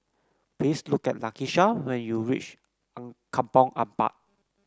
please look at Lakisha when you reach Kampong Ampat